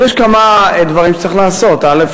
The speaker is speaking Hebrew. אז יש כמה דברים שצריך לעשות: א.